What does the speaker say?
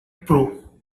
pro